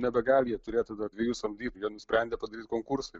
nebegali jie turėti dviejų samdytų jie nusprendė padaryti konkursą